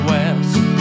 West